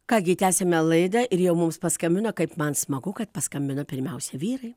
ką gi tęsiame laidą ir jau mums paskambino kaip man smagu kad paskambino pirmiausia vyrai